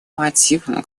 мотивам